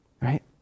right